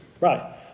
right